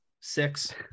Six